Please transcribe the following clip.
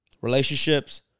relationships